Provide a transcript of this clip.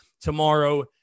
tomorrow